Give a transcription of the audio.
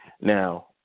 now